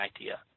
idea